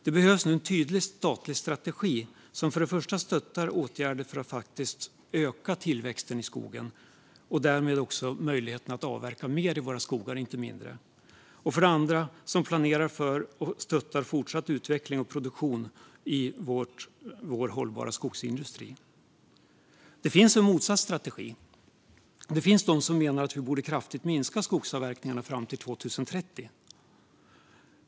Det behövs nu en tydlig statlig strategi som för det första stöttar åtgärder för att öka tillväxten i skogen och därmed också möjligheten att avverka mer, inte mindre, i våra skogar, och för det andra planerar för och stöttar fortsatt utveckling och produktion inom vår hållbara skogsindustri. Det finns en motsatt strategi. Det finns de som menar att vi kraftigt borde minska skogsavverkningarna fram till 2030.